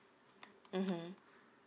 mmhmm